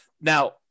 Now